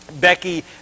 becky